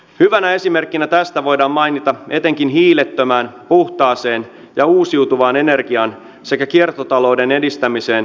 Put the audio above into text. hyvänä esimerkkinä tästä voidaan mainita etenkin hiilettömään puhtaaseen ja uusiutuvaan energiaan sekä kiertotalouden edistämiseen suunnattu kärkihanke